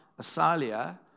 Asalia